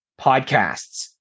podcasts